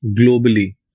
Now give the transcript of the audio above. globally